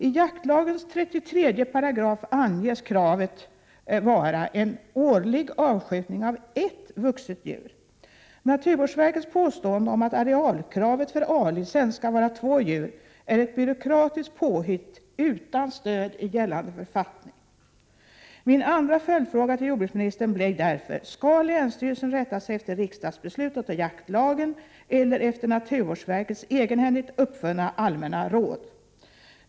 I jaktlagens 33 § anges kravet vara en årlig avskjutning av ett vuxet djur. Naturvårdsverkets påstående att arealkravet för A-licens skall vara två djur är ett byråkratiskt påhitt utan stöd i gällande författning. Min andra följdfråga till jordbruksministern blir därför: Skall länsstyrelsen rätta sig efter riksdagsbeslutet och jaktlagen eller efter naturvårdsverkets egenhändigt tillverkade allmänna råd?